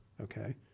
Okay